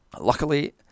Luckily